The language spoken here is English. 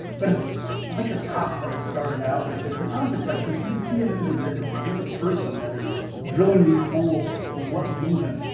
but it's yeah like the top that i started out with, it's an object like this, you can see an individual. and there's a person that is drilling these holes for what reason?